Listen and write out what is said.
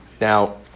Now